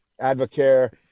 AdvoCare